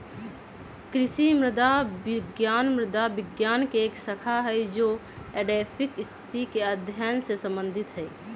कृषि मृदा विज्ञान मृदा विज्ञान के एक शाखा हई जो एडैफिक स्थिति के अध्ययन से संबंधित हई